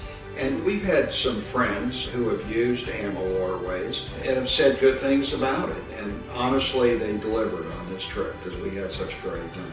and we've had some friends who've used amawaterways and have said good things about it. and honestly they delivered on this trip because we had such a great